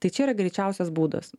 tai čia yra greičiausias būdas